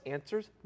Answers